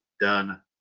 Done